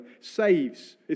saves